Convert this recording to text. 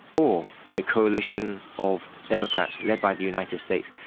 or the coalition of democrats led by the united states,